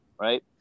right